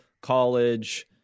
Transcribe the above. college